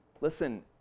listen